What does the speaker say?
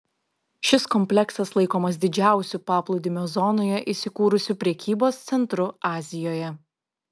šis kompleksas laikomas didžiausiu paplūdimio zonoje įsikūrusiu prekybos centru azijoje